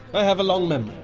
i have a long memory.